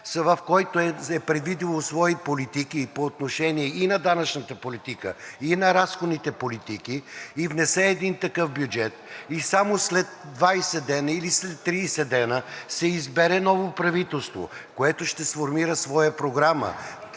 в който е предвидило свои политики – по отношение и на данъчната политика, и на разходните политики, и внесе един такъв бюджет, и само след 20 или след 30 дена се избере ново правителство, което ще сформира своя програма,